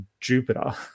Jupiter